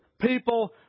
people